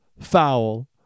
foul